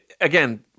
Again